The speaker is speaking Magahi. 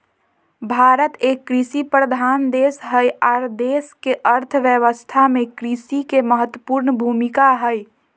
भारत एक कृषि प्रधान देश हई आर देश के अर्थ व्यवस्था में कृषि के महत्वपूर्ण भूमिका हई